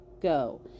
Go